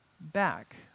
back